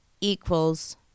equals